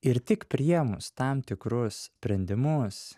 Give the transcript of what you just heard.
ir tik priėmus tam tikrus sprendimus